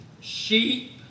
sheep